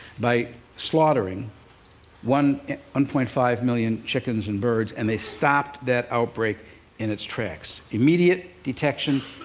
by slaughtering one and point five million chickens and birds, and they stopped that outbreak in its tracks. immediate detection,